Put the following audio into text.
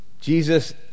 Jesus